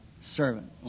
servant